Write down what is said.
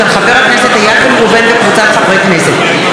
של חבר הכנסת איל בן ראובן וקבוצת חברי הכנסת,